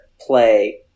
play